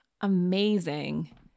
amazing